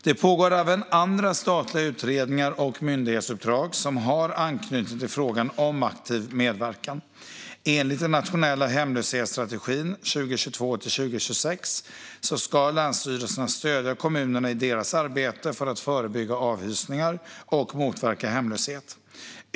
Det pågår även andra statliga utredningar och myndighetsuppdrag som har anknytning till frågan om aktiv medverkan. Enligt den nationella hemlöshetsstrategin 2022-2026 ska länsstyrelserna stödja kommunerna i deras arbete för att förebygga avhysningar och motverka hemlöshet.